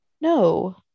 No